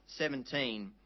17